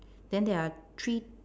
then there are three